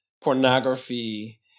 pornography